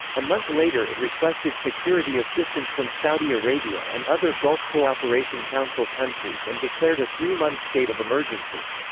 a month later it requested security assistance from saudi arabia and other gulf cooperation council countries and declared a three-month state of emergency.